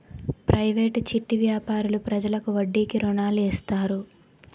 private చిట్టి వ్యాపారులు ప్రజలకు వడ్డీకి రుణాలు ఇస్తారు